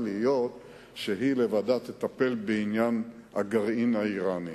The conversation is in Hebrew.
להיות שהיא לבדה תטפל בעניין הגרעין האירני.